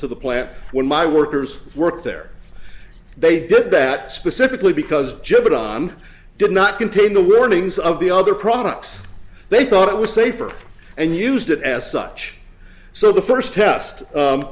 to the plant when my workers work there they did that specifically because judge it on did not contain the workings of the other products they thought it was safer and used it as such so the first test